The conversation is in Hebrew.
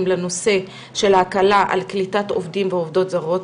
לנושא של ההקלה על קליטת עובדים ועובדות זרות,